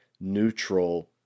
neutral